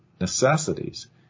necessities